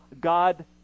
God